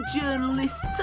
journalists